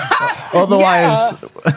Otherwise